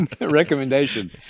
recommendation